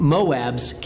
Moab's